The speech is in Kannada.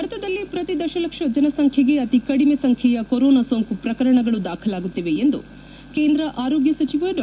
ಭಾರತದಲ್ಲಿ ಪ್ರತಿ ದಶಲಕ್ಷ ಜನಸಂಖ್ಯೆಗೆ ಅತಿ ಕಡಿಮೆ ಸಂಖ್ಯೆಯ ಕೊರೊನಾ ಸೋಂಕು ಪ್ರಕರಣಗಳು ದಾಖಲಾಗುತ್ತಿವೆ ಎಂದು ಕೇಂದ್ರ ಆರೋಗ್ನ ಸಚಿವ ಡಾ